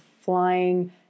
flying